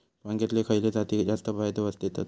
वांग्यातले खयले जाती जास्त फायदो देतत?